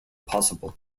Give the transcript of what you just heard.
possible